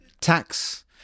tax